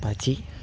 Apache